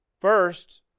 First